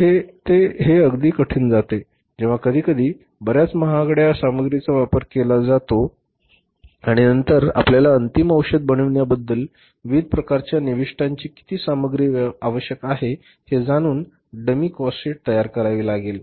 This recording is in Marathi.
येथे हे अगदी कठीण जाते जेव्हा कधीकधी बर्याच महागड्या सामग्रीचा वापर केला जातो आणि नंतर आपल्याला अंतिम औषध बनविण्याबद्दल विविध प्रकारच्या निविष्ठांची किती सामग्री आवश्यक आहे हे जाणून डमी कॉस्टशीट तयार करावी लागेल